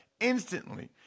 instantly